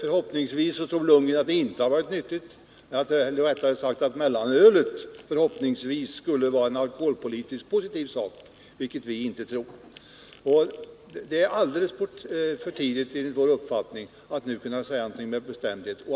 Bo Lundgren tror att det inte har varit nyttigt, eller, rättare sagt, han tror att mellanölet förhoppningsvis skulle vara en alkoholpolitiskt sett positiv sak, vilket vi inte tror. Det är enligt vår uppfattning alldeles för tidigt att nu kunna säga någonting med bestämdhet.